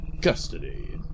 custody